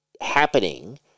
happening